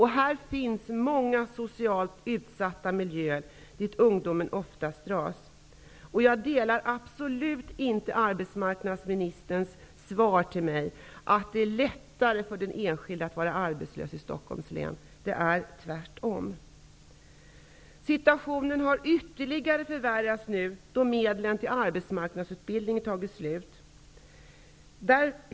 Här finns många socialt utsatta miljöer, dit ungdomen oftast dras. Jag delar absolut inte arbetsmarknadsministerns uppfattning, att det är lättare för den enskilde att vara arbetslös i Stockholms län. Det är tvärtom. Situationen har ytterligare förvärrats nu när medlen till arbetsmarknadsutbildning tagit slut.